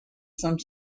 some